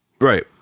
Right